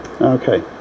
Okay